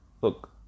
Look